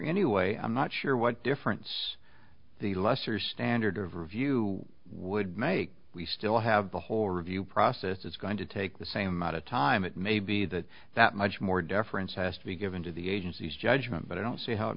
anyway i'm not sure what difference the lesser standard of review would make we still have the whole review process is going to take the same amount of time it may be that that much more deference has to be given to the agencies judgment but i don't see how it